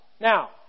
Now